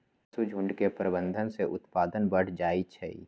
पशुझुण्ड के प्रबंधन से उत्पादन बढ़ जाइ छइ